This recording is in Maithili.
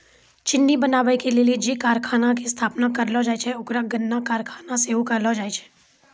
चिन्नी बनाबै के लेली जे कारखाना के स्थापना करलो जाय छै ओकरा गन्ना कारखाना सेहो कहलो जाय छै